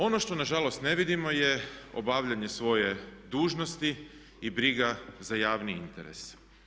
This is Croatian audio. Ono što nažalost ne vidimo je obavljanje svoje dužnosti i briga za javni interes.